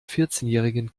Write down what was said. vierzehnjährigen